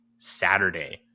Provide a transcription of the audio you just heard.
Saturday